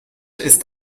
ist